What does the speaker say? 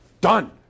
done